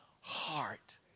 heart